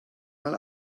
mal